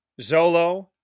Zolo